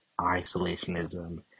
isolationism